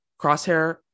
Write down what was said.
Crosshair